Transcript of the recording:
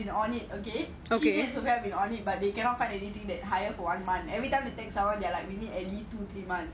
is on it okay sheni and sofam is on it but they cannot find anything that hires for one month every time they need at least two three months